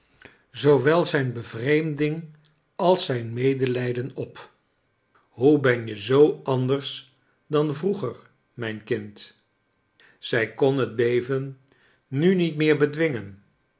zijn bevreemding als zijn medelijden op hoe ben je zoo anders dan vroeger mijn kind zij kon het beven nu niet meer bedwingen